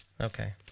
Okay